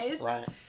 Right